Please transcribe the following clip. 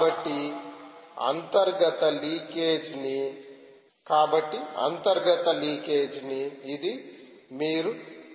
కాబట్టి అంతర్గత లీకేజీని ఇది మీరు